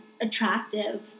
attractive